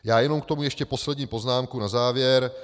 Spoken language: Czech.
Já jenom k tomu ještě poslední poznámku na závěr.